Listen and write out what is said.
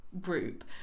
group